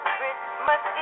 Christmas